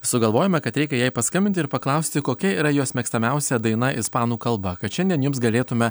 sugalvojome kad reikia jai paskambinti ir paklausti kokia yra jos mėgstamiausia daina ispanų kalba kad šiandien jums galėtume